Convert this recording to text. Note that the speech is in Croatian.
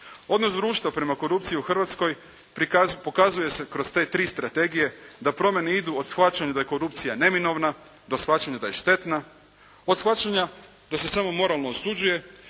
Odnos društva prema korupciji u Hrvatskoj pokazuje se kroz te tri strategije, da promjene idu od shvaćanja da je korupcija neminovna, da shvaćamo da je štetna, od shvaćanja da se samo moralno osuđuje